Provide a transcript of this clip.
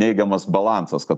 neigiamas balansas kad